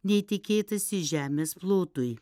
nei tikėtasi žemės plotui